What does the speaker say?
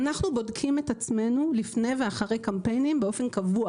אנחנו בודקים את עצמנו לפני ואחרי קמפיינים באופן קבוע,